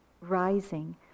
rising